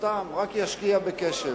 סתם, רק ישקיע בקשב.